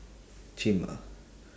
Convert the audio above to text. chim ah